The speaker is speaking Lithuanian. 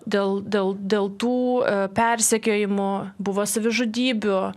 dėl dėl dėl tų persekiojimų buvo savižudybių